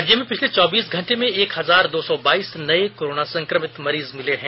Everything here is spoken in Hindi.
राज्य में पिछले चौबीस घंटे में एक हजार दो सौ बाइस नए कोरोना संक्रमित मिले हैं